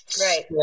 Right